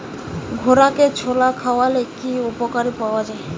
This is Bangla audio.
ঘোড়াকে ছোলা খাওয়ালে কি উপকার পাওয়া যায়?